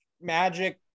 Magic